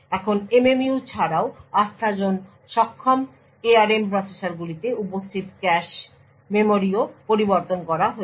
এখন MMU ছাড়াও আস্থাজোন সক্ষম ARM প্রসেসরগুলিতে উপস্থিত ক্যাশে মেমরিও পরিবর্তন করা হয়েছে